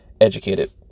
educated